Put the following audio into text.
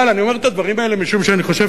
אבל אני אומר את הדברים האלה משום שאני חושב,